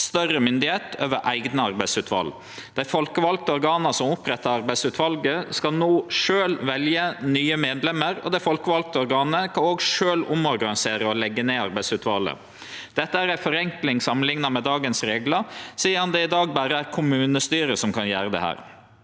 større myndigheit over eigne arbeidsutval. Dei folkevalde organa som opprettar arbeidsutvalet, skal no sjølve velje nye medlemer, og det folkevalde organet kan sjølv omorganisere og leggje ned arbeidsutvalet. Dette er ei forenkling samanlikna med dagens reglar sidan det i dag berre er kommunestyret som kan gjere det.